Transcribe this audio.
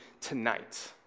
tonight